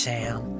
Sam